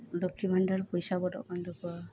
ᱞᱚᱠᱠᱷᱤ ᱵᱷᱟᱱᱰᱟᱨ ᱯᱚᱭᱥᱟ ᱵᱚᱞᱚᱜ ᱠᱟᱱ ᱛᱟᱠᱚᱣᱟ